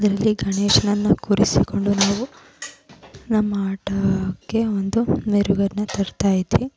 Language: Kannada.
ಅದರಲ್ಲಿ ಗಣೇಶನನ್ನು ಕೂರಿಸಿಕೊಂಡು ನಾವು ನಮ್ಮ ಆಟಕ್ಕೆ ಒಂದು ಮೆರುಗನ್ನು ತರ್ತಾಯಿದ್ವಿ